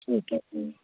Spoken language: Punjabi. ਠੀਕ ਐ ਜੀ